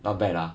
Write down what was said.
not bad ah